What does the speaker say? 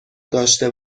داشته